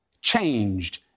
changed